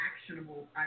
actionable